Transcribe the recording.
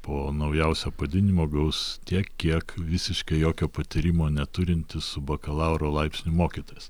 po naujausio padidinimo gaus tiek kiek visiškai jokio patyrimo neturintis su bakalauro laipsniu mokytojas